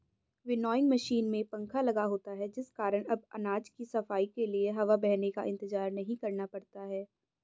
winnowing machine में पंखा लगा होता है जिस कारण अब अनाज की सफाई के लिए हवा बहने का इंतजार नहीं करना पड़ता है